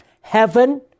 Heaven